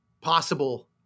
possible